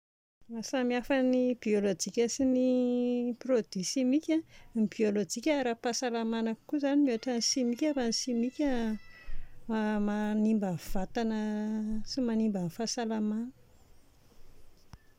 Ny maha samy hafa ny biôlôjika sy ny produit simika, ny biôlôjika ara-pahasalamana kokoa izany mihoatra ny simika fa ny simika manimba ny vatana sy manimba ny fahasalamana